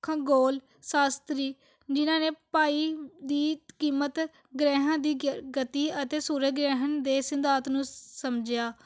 ਭੂਗੋਲ ਸ਼ਾਸ਼ਤਰੀ ਜਿਨਾਂ ਨੇ ਭਾਈ ਦੀ ਕੀਮਤ ਗ੍ਰਹਿਆਂ ਦੀ ਗ ਗਤੀ ਅਤੇ ਸੂਰਜ ਗ੍ਰਹਿਣ ਦੇ ਸਿਧਾਂਤ ਨੂੰ ਸਮਝਿਆ